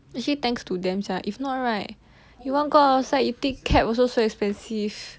actually thanks to them sia if not right you go outside you take cab also so expensive